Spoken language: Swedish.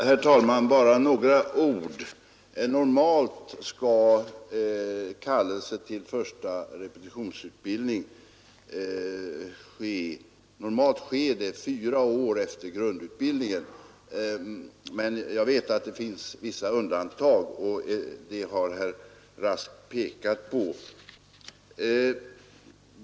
Herr talman! Normalt skall kallelse till första repetitionsövning ske fyra år efter grundutbildningen, men jag vet att det finns vissa undantag — det har herr Rask också pekat på.